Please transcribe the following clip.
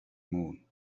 moon